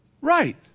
right